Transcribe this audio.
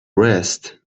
rest